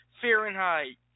Fahrenheit